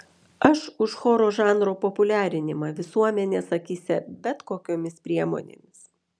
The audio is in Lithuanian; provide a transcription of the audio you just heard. aš už choro žanro populiarinimą visuomenės akyse bet kokiomis priemonėmis